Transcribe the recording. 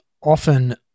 Often